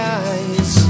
eyes